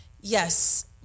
Yes